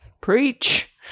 Preach